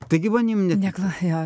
taigi manim niekas jo